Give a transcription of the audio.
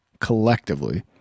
collectively